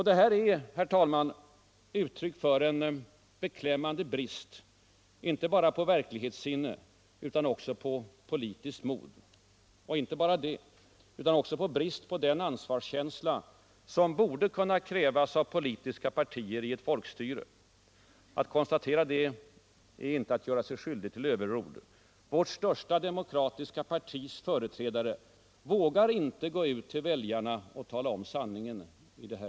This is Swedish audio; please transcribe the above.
Detta är, herr talman, uttryck för en beklämmande brist inte bara på verklighetssinne utan också på politiskt mod, och dessutom brist på den ansvarskänsla som borde kunna krävas av politiska partier i ett folkstyre. Att konstatera detta är inte att göra sig skyldig till överord. Vårt största demokratiska partis företrädare vågar inte gå ut till väljarna och tala om sanningen i det.